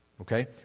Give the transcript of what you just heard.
okay